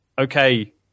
okay